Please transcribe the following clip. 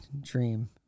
dream